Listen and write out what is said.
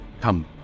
come